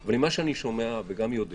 אבל ממה שאני שומע וגם יודע